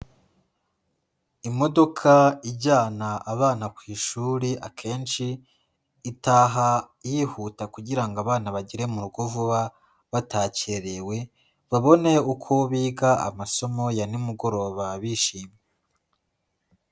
Imodoka ijyana abana ku ishuri akenshi itaha yihuta kugira ngo abana bagere mu rugo vuba batakerewe, babone uko biga amasomo ya nimugoroba bishimye.